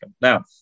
Now